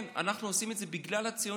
כן, אנחנו עושים את זה בגלל הציונות,